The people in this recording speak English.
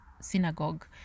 synagogue